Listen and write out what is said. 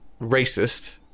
racist